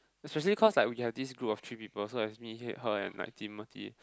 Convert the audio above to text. especially cause like we have this group of three people so like me me her and Timothy